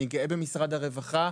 אי גאה במשרד הרווחה.